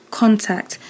contact